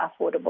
affordable